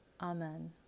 Amen